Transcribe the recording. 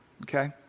okay